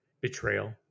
betrayal